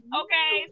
okay